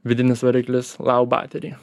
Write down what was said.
vidinis variklis laubatery